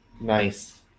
Nice